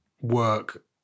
work